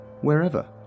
wherever